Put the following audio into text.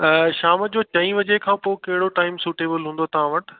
शाम जो चईं बजे खां पोइ कहिड़ो टाइम सूटेबिल हूंदो आहे तव्हां वटि